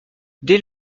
dès